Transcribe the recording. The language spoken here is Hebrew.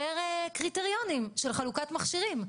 פר קריטריונים של חלוקת מכשירים.